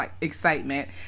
excitement